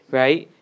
right